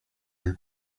rue